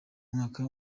mwaka